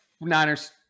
Niners